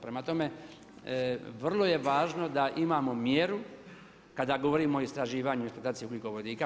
Prema tome, vrlo je važno da imamo mjeru kada govorimo o istraživanju i eksploataciji ugljikovodika.